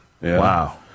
Wow